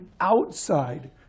outside